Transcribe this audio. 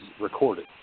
recorded